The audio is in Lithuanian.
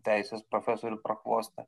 teisės profesorių prakvostą